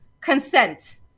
consent